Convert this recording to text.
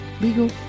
legal